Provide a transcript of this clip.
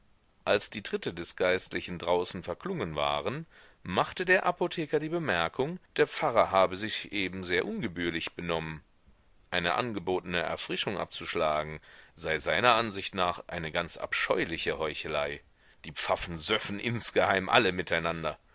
als die tritte des geistlichen draußen verklungen waren machte der apotheker die bemerkung der pfarrer habe sich eben sehr ungebührlich benommen eine angebotene erfrischung abzuschlagen sei seiner ansicht nach eine ganz abscheuliche heuchelei die pfaffen söffen insgeheim alle miteinander